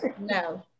no